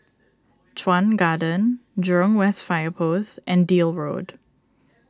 Chuan Garden Jurong West Fire Post and Deal Road